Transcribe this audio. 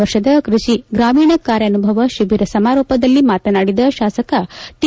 ವರ್ಷದ ಕೈಷಿ ಗ್ರಾಮೀಣ ಕಾರ್ಯಾಸುಭವ ಶಿಬಿರ ಸಮಾರೋಪದಲ್ಲಿ ಮಾತನಾಡಿದ ಶಾಸಕ ಟಿ